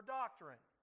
doctrine